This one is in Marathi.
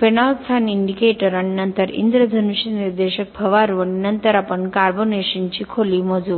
फेनोल्फथालीन इंडिकेटर आणि नंतर इंद्रधनुष्य निर्देशक फवारू आणि नंतर आपण कार्बनेशनची खोली मोजू